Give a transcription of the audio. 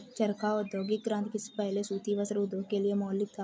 चरखा औद्योगिक क्रांति से पहले सूती वस्त्र उद्योग के लिए मौलिक था